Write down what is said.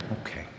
Okay